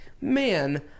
man